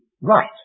right